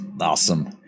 Awesome